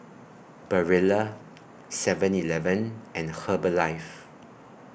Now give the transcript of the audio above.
Barilla Seven Eleven and Herbalife